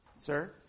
Sir